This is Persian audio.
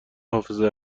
حافظه